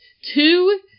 two